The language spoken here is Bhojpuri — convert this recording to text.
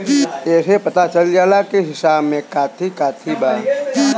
एसे पता चल जाला की हिसाब में काथी काथी बा